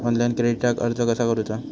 Online क्रेडिटाक अर्ज कसा करुचा?